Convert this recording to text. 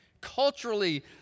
culturally